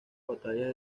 batalla